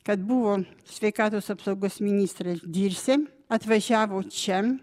kad buvo sveikatos apsaugos ministras dirsė atvažiavo čia